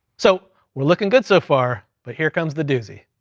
so we're looking good so far, but here comes the doozy.